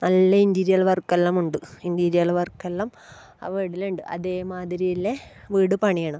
നല്ല ഇൻറ്റീരിയൽ വർക്കെല്ലം ഉണ്ട് ഇൻറ്റീരിയൽ വർക്ക് എല്ലാം ആ വീട്ടിലുണ്ട് അതേ മാതിരിയുള്ള വീട് പണിയണം